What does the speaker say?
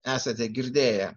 esate girdėję